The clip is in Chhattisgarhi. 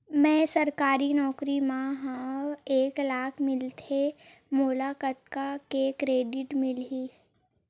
मैं सरकारी नौकरी मा हाव एक लाख मिलथे मोला कतका के क्रेडिट मिलही?